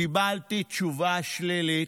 קיבלתי תשובה שלילית.